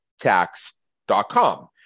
tax.com